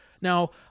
Now